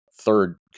third